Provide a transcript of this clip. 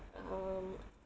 um